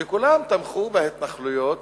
וכולם תמכו בהתנחלויות